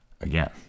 again